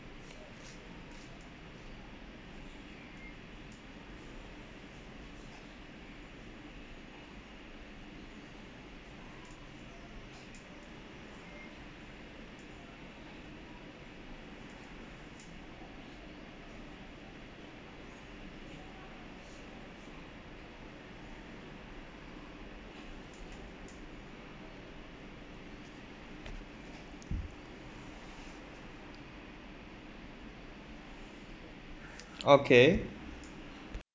okay